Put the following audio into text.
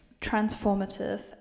transformative